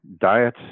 diet